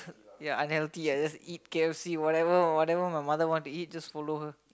ya unhealthy ah just eat K_F_C whatever whatever my mother want to eat just follow her